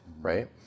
right